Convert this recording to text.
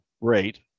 rate